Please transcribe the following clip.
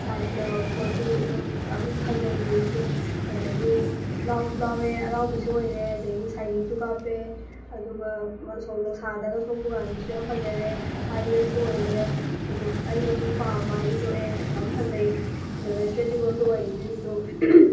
ꯁꯥꯏꯖꯅ ꯐꯣꯔꯇꯤꯅꯤ ꯌꯥꯝ ꯐꯖꯩ ꯖꯤꯟꯁꯇꯨ ꯑꯗꯒꯤ ꯂꯥꯎꯁꯨ ꯂꯥꯎꯔꯦ ꯑꯔꯥꯎꯕꯤꯁꯨ ꯑꯣꯏꯔꯦ ꯑꯗꯒꯤ ꯁꯥꯏꯅꯤꯡꯁꯨ ꯀꯥꯞꯄꯦ ꯑꯗꯨꯒ ꯅꯨꯡꯁꯥꯗꯒ ꯊꯣꯛꯄ ꯀꯥꯟꯗꯁꯨ ꯌꯥꯝ ꯐꯖꯔꯦ ꯍꯥꯏ ꯋꯦꯁꯁꯨ ꯑꯣꯏꯔꯦ ꯑꯗꯨ ꯑꯩꯅꯁꯨ ꯄꯥꯝꯕ ꯍꯥꯏꯕꯗꯨ ꯊꯣꯛꯑꯦ ꯌꯥꯝ ꯐꯖꯩ ꯑꯗꯨꯒ ꯏꯁꯇ꯭ꯔꯦꯠꯆꯦꯕꯜꯁꯨ ꯑꯣꯏ ꯖꯤꯟꯁꯇꯨ